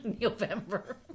November